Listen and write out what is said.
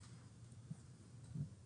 על כל